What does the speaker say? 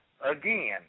again